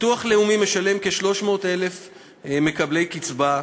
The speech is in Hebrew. ביטוח לאומי משלם לכ-300,000 זכאי קצבה,